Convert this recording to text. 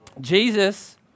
Jesus